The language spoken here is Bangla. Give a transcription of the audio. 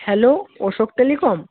hello Ashok telecom